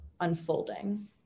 unfolding